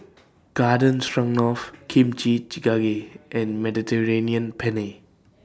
Garden Stroganoff Kimchi Jjigae and Mediterranean Penne